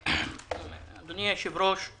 אדוני היושב-ראש,